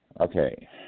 Okay